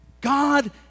God